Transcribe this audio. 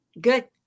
Good